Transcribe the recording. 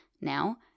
now